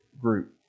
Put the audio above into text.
group